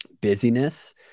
busyness